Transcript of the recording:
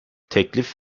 teklif